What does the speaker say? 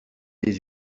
des